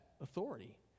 authority